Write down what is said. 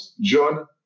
John